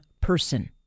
person